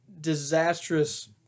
disastrous